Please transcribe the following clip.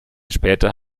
später